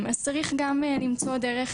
אז צריך גם למצוא דרך